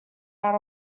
out